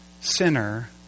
sinner